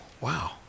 wow